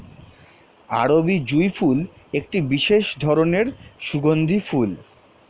আরবি জুঁই ফুল একটি বিশেষ ধরনের সুগন্ধি ফুল